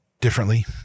differently